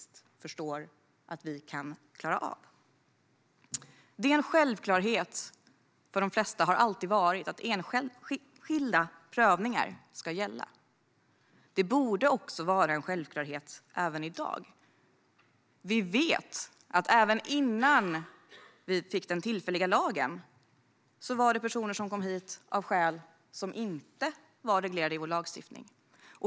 Det har för de flesta alltid varit en självklarhet att enskilda prövningar ska gälla. Det borde vara en självklarhet även i dag. Vi vet att även innan vi fick den tillfälliga lagen kom personer hit av skäl som inte var reglerade i vår lagstiftning.